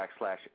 backslash